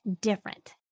different